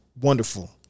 wonderful